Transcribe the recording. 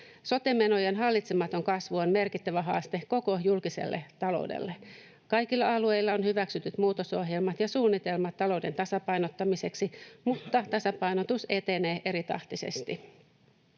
Sote-menojen hallitsematon kasvu on merkittävä haaste koko julkiselle taloudelle. Kaikilla alueilla on hyväksytyt muutosohjelmat ja suunnitelmat talouden tasapainottamiseksi, mutta tasapainotus etenee eritahtisesti.